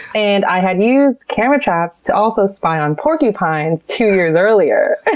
and i had used camera traps to also spy on porcupines two years earlier.